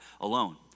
alone